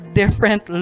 different